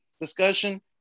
discussion